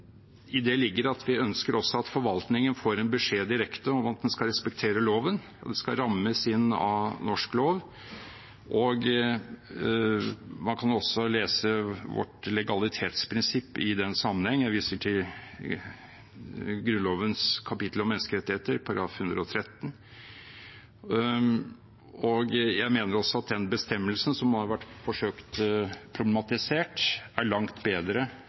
I det ligger det at vi ønsker at forvaltningen får en direkte beskjed om at man skal respektere loven. Den skal rammes inn av norsk lov. Man kan også lese vårt legalitetsprinsipp i den sammenheng. Jeg viser til Grunnlovens kapittel om menneskerettigheter, § 113. Jeg mener også at den bestemmelsen som har vært forsøkt problematisert, er langt bedre